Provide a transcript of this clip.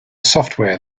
software